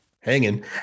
hanging